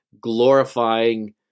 glorifying